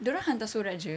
dorang hantar surat jer